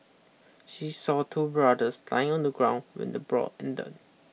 she saw two brothers lying on the ground when the brawl ended